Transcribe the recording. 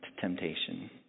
temptation